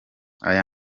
aya